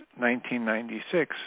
1996